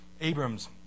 Abrams